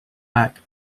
back